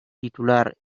titular